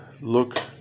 look